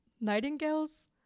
nightingales